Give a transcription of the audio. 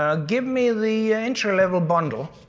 um give me the entry level bundle,